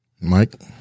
Mike